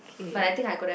okay